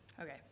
okay